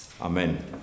Amen